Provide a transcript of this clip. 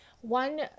One